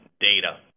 data